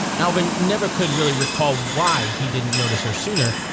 alvin never could really recall why he didn't notice her sooner.